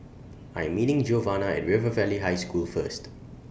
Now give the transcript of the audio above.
I Am meeting Giovanna At River Valley High School First